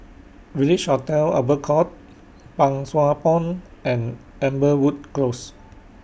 Village Hotel Albert Court Pang Sua Pond and Amberwood Close